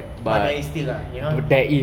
but there is still ah you know